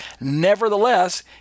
nevertheless